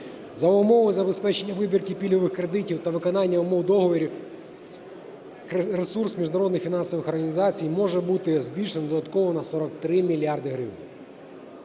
За умови забезпечення вибірки пільгових кредитів та виконання умов договорів ресурс міжнародних фінансових організацій може бути збільшено додатково на 43 мільярди гривень.